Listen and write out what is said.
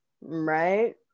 Right